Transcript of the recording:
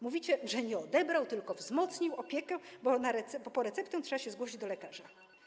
Mówicie, że nie odebrał, tylko wzmocnił opiekę, bo po receptę trzeba zgłosić się do lekarza.